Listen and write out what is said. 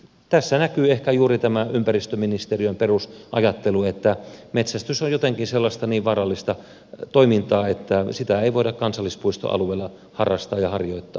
tässä näkyy ehkä juuri tämä ympäristöministeriön perusajattelu että metsästys on jotenkin sellaista niin vaarallista toimintaa että sitä ei voida kansallispuistoalueella harrastaa ja harjoittaa